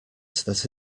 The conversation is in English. that